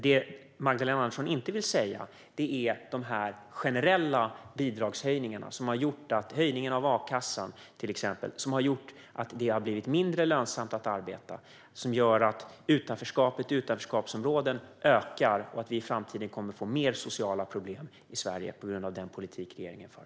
Det Magdalena Andersson inte vill tala om är de generella bidragshöjningarna, till exempel höjningen av a-kassan, som har gjort att det har blivit mindre lönsamt att arbeta. Det gör att utanförskapet ökar i utanförskapsområden och att vi i framtiden kommer att få mer sociala problem i Sverige på grund av den politik regeringen för.